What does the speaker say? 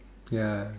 ya